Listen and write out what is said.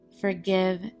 forgive